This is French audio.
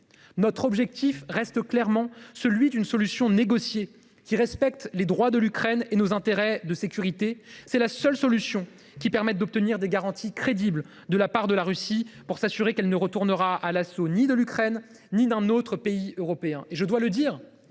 Notre objectif reste celui d’une solution négociée qui respecte les droits de l’Ukraine et nos intérêts de sécurité. C’est la seule solution qui permette d’obtenir des garanties crédibles de la part de la Russie, pour s’assurer que celle ci ne retournera à l’assaut ni de l’Ukraine ni d’un autre pays européen.